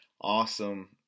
awesome